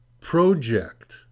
project